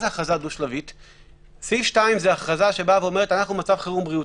סעיף 2 זו הכרזה שאומרת שאנחנו במצב חירום בריאותי.